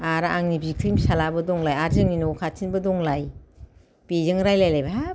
आरो आंनि बिबथैनि फिसालाबो दंलाय आरो जोंनि न' खाथिनिबो दंलाय बेजों रायलायबाय हाब